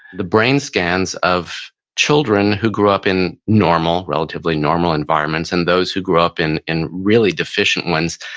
the brain scans of children who grew up in normal, relatively normal, environments and those who grew up in in really deficient ones.